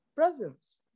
presence